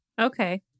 Okay